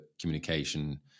communication